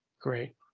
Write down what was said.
great